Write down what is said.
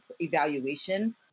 evaluation